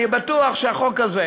אני בטוח שהחוק הזה,